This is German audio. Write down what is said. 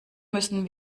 müssen